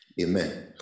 Amen